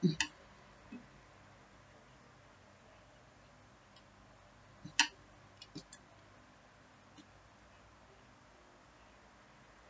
mm